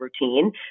routine